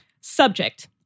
Subject